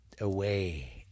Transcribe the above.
away